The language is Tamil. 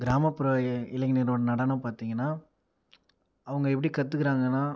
கிராமப்புற இளைஞரோடய நடனம் பார்த்தீங்கனா அவங்க எப்படி கற்றுக்குறாங்கனா